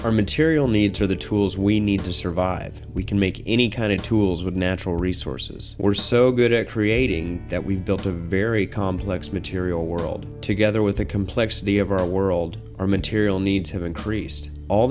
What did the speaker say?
our material needs are the tools we need to survive we can make any kind of tools with natural resources or so good at creating that we've built a very complex material world together with the complexity of our world our material needs have increased all